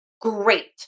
Great